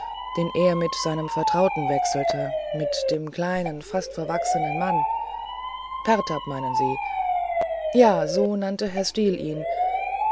den er mit seinem vertrauten wechselte mit dem kleinen fast verwachsenen mann pertab meinen sie ja so nannte herr steel ihn